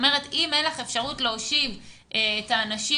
אם אין לך אפשרות להושיב את האנשים,